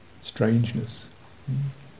strangeness